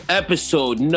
episode